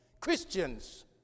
Christians